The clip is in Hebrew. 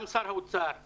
גם שר האוצר,